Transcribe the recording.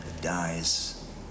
dies